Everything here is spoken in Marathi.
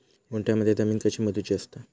गुंठयामध्ये जमीन कशी मोजूची असता?